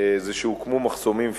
זה שהוקמו מחסומים פיזיים,